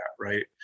right